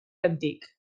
antic